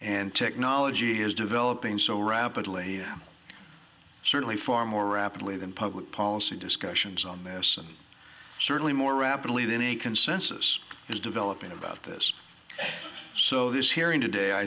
and technology is developing so rapidly certainly far more rapidly than public policy discussions on this and certainly more rapidly than a consensus is developing about this so this hearing today i